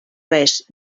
res